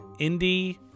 indie